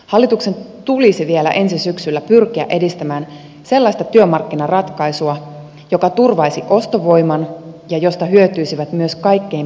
hallituksen tulisi vielä ensi syksynä pyrkiä edistämään sellaista työmarkkinaratkaisua joka turvaisi ostovoiman ja josta hyötyisivät myös kaikkein pienipalkkaisimmat